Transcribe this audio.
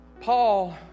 Paul